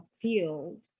field